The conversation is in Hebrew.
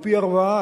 ופי-ארבעה,